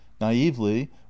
naively